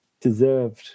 deserved